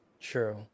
True